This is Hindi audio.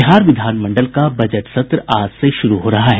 बिहार विधानमंडल का बजट सत्र आज शुरू हो रहा है